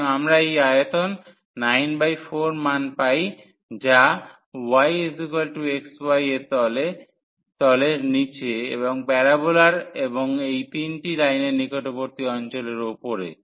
সুতরাং আমরা এই আয়তন 94 মান পাই যা yxy এর তলের নীচে এবং প্যারোবোলার এবং এই তিনটি লাইনের নিকটবর্তী অঞ্চলের উপরে